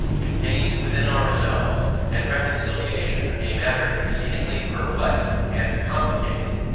contained within ourselves and reconciliation, a matter exceedingly perplexed and complicated,